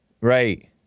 Right